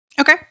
okay